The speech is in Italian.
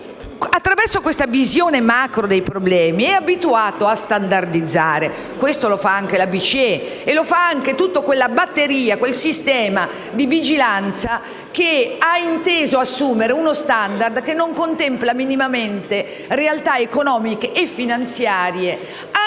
attraverso questa visione macro dei problemi è abituato a standardizzare. Questo lo fa anche la BCE e anche quel sistema di vigilanza che ha inteso assumere uno *standard* che non contempla minimamente realtà economiche e finanziarie